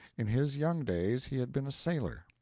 in his young days he had been a sailor,